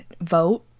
vote